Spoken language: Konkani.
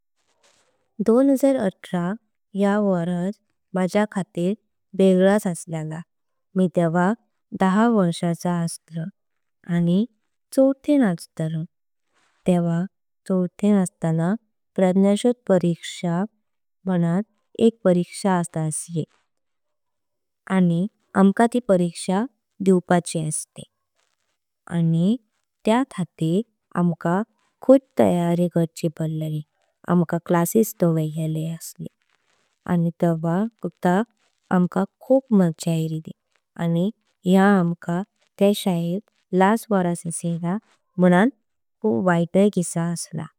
दोन हजार अठरा या वरस माझ्या खातीर वेगळाच असलला। मी तेव्हा दहा वर्षांचा असल्यानी चौथें असलाय तेव्हा चौथें। अस्ताना प्रज्ञाशोध परीक्षा जाय असली आनी आमका ती। परीक्षा दिवपाची असली आनी त्या खातीर आमी खुय तैयारी। केलली आमका क्लासेस डवरी असले आनी तेव्हा सुधा। आमका खूप माज्जा इल्ली आनी या आमका त्या। शाळेंन लास्ट वरस असला म्हानन वैत सुधा दिसा।